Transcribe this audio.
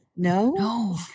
No